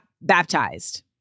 baptized